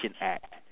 act